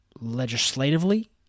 legislatively